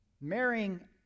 marrying